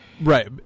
Right